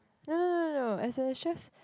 no no no no no as in it's just